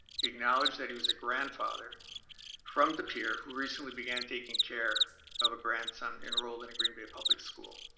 acknowledged that he was a grandfather from de pere who recently began taking care of a grandson enrolled in a green bay public school.